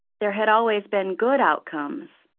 there had always been good outcomes.